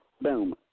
boom